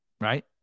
right